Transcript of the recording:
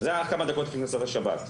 וזה היה כמה דקות לפני כניסת השבת,